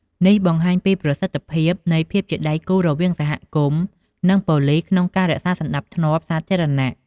នេះបង្ហាញពីប្រសិទ្ធភាពនៃភាពជាដៃគូរវាងសហគមន៍ និងប៉ូលិសក្នុងការរក្សាសណ្តាប់ធ្នាប់សាធារណៈ។